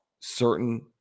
certain